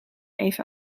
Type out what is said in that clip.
even